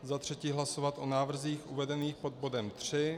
Za třetí hlasovat o návrzích uvedených pod bodem III.